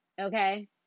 okay